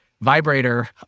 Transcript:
Vibrator